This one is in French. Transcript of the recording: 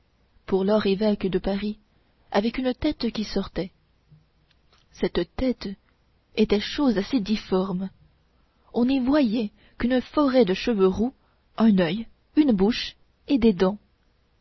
pour lors évêque de paris avec une tête qui sortait cette tête était chose assez difforme on n'y voyait qu'une forêt de cheveux roux un oeil une bouche et des dents